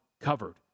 covered